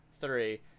three